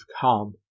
calm